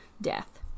death